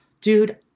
Dude